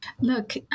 Look